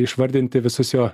išvardinti visus jo